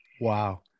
wow